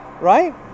right